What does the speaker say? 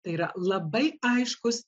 tai yra labai aiškus